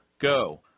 Go